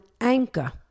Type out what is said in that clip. Anchor